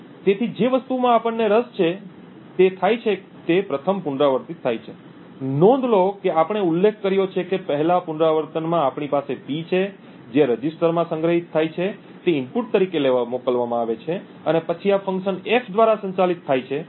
તેથી જે વસ્તુમાં આપણને રસ છે તે થાય છે તે પ્રથમ પુનરાવર્તિત થાય છે નોંધ લો કે આપણે ઉલ્લેખ કર્યો છે કે પહેલા પુનરાવર્તનમાં આપણી પાસે પી છે જે રજિસ્ટરમાં સંગ્રહિત થાય છે તે ઇનપુટ તરીકે મોકલવામાં આવે છે અને પછી આ ફંકશન F દ્વારા સંચાલિત થાય છે